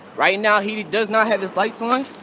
right now, he does not have his lights on.